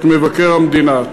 את מבקר המדינה.